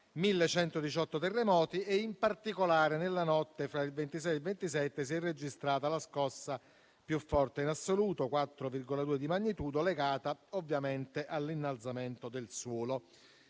1.118 terremoti; in particolare, nella notte fra il 26 e il 27 agosto si è registrata la scossa più forte in assoluto (4.2 di magnitudo), legata ovviamente all'innalzamento del suolo.